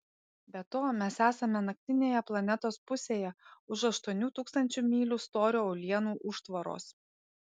be to mes esame naktinėje planetos pusėje už aštuonių tūkstančių mylių storio uolienų užtvaros